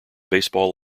baseball